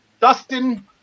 Dustin